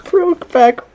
Brokeback